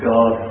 God